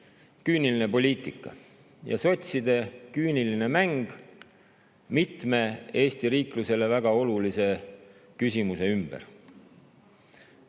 küüniline poliitika ja sotside küüniline mäng mitme Eesti riiklusele väga olulise küsimuse ümber.